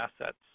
assets